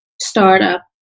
startup